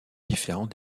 différent